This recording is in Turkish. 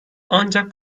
ancak